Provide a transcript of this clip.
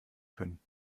können